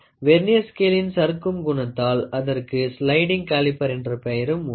vernier ஸ்கேலின் சறுக்கும் குணத்தாள் அதற்கு ஸ்லைடிங் காலிப்பர் என்ற பெயரும் உண்டு